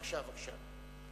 בבקשה, בבקשה.